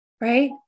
right